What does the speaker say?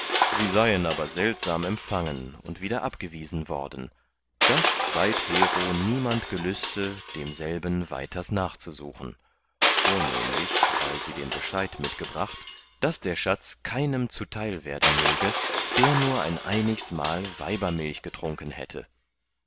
sie seien aber seltsam empfangen und wieder abgewiesen worden daß seithero niemand gelüste demselben weiters nachzusuchen vornehmlich weil sie den bescheid mitgebracht daß der schatz keinem zuteil werden möge der nur ein einigsmal weibermilch getrunken hätte